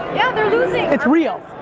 yeah, they're losing. it's real.